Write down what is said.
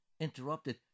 interrupted